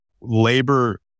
labor